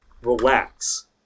relax